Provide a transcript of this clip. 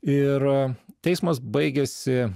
ir teismas baigėsi